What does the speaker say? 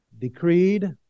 decreed